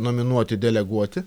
nominuoti deleguoti